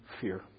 fear